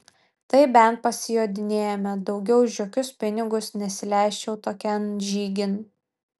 tai bent pasijodinėjome daugiau už jokius pinigus nesileisčiau tokian žygin